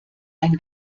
ein